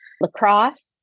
lacrosse